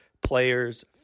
players